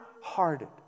hearted